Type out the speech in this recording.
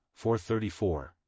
434